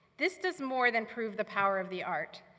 this does more than prove the power of the art.